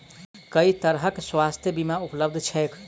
केँ तरहक स्वास्थ्य बीमा उपलब्ध छैक?